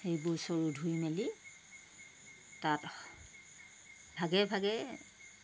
সেইবোৰ চৰু ধুই মেলি তাত ভাগে ভাগে